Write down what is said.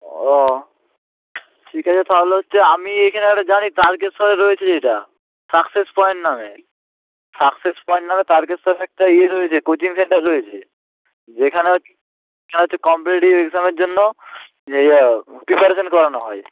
ও ঠিক আছে তাহলে হচ্ছে আমি এইখানে একটা জানি তারকেশ্বরে রয়েছে যেটা সাকসেস পয়েন্ট নামে সাকসেস পয়েন্ট নামে তারকেশ্বরে একটা ইয়ে রয়েছে কোচিং সেন্টার রয়েছে যেখানে হচ্ছে সেটা হচ্ছে কম্পিটিটিভ এক্সামের জন্য যে আ পিপারেশন করানো হয়